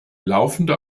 laufende